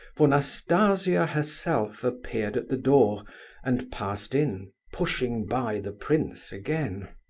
for nastasia herself appeared at the door and passed in, pushing by the prince again.